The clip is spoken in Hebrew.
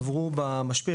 עברו במשפך,